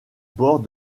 bord